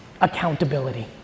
accountability